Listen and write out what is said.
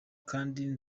kandi